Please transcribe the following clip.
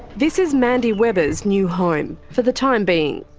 this is mandy webber's new home, for the time being.